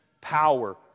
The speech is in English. power